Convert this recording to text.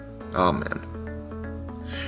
Amen